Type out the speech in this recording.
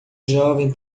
jovem